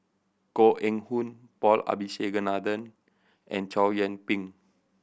Koh Eng Hoon Paul Abisheganaden and Chow Yian Ping